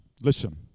listen